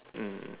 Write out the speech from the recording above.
mm